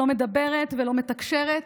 לא מדברת ולא מתקשרת,